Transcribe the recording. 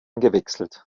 gewechselt